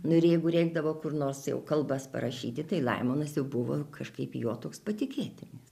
nu ir jeigu reikdavo kur nors jau kalbas parašyti tai laimonas jau buvo kažkaip jo toks patikėtinis